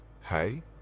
hey